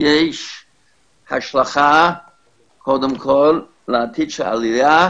יש השלכה קודם כל לעתיד של העלייה